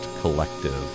Collective